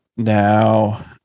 Now